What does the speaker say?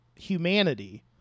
humanity